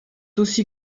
aussi